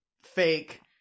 fake